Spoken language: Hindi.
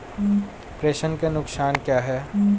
प्रेषण के नुकसान क्या हैं?